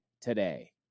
today